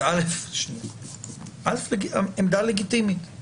עמדה לגיטימית